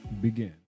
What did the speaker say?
begin